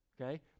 okay